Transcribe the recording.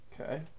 Okay